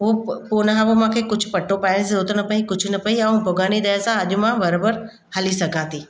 पोइ पोइ हुन खां पोइ मूंखे कुझु पटो पाए ज़रूरत न पई कुझु न पई ऐं भॻवान जी दया सां अॼु मां बराबरि हली सघां थी